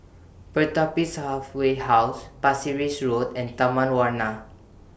Pertapis Halfway House Pasir Ris Road and Taman Warna